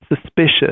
suspicious